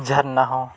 ᱡᱷᱟᱨᱱᱟ ᱦᱚᱸ